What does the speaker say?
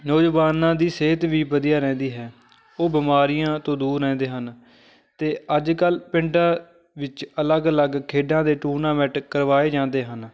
ਨੌਜਵਾਨਾਂ ਦੀ ਸਿਹਤ ਵੀ ਵਧੀਆ ਰਹਿੰਦੀ ਹੈ ਉਹ ਬਿਮਾਰੀਆਂ ਤੋਂ ਦੂਰ ਰਹਿੰਦੇ ਹਨ ਅਤੇ ਅੱਜ ਕੱਲ੍ਹ ਪਿੰਡਾਂ ਵਿੱਚ ਅਲੱਗ ਅਲੱਗ ਖੇਡਾਂ ਦੇ ਟੂਰਨਾਮੈਂਟ ਕਰਵਾਏ ਜਾਂਦੇ ਹਨ